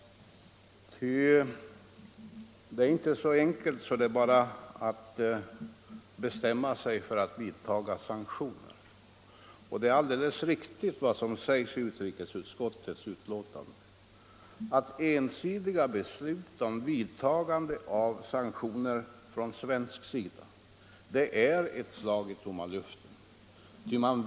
Det är inte så enkelt att det bara är att bestämma sig för att vidta sanktioner. Det är alldeles riktigt vad som sägs i utrikesutskottets betänkande, nämligen att ensidiga beslut från svensk sida om vidtagande av sanktioner är ett slag i tomma luften.